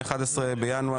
11 בינואר,